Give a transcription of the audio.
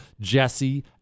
jesse